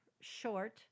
short